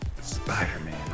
Spider-Man